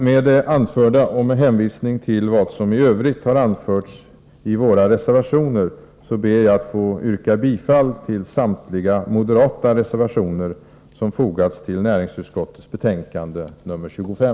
Med det anförda och med hänvisning till vad som i övrigt har anförts i våra reservationer, ber jag att få yrka bifall till samtliga moderata reservationer som fogats till näringsutskottets betänkande nr 25.